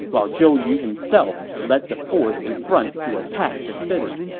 while zhou yu himself led the force in front to attack the city